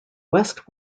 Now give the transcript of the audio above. west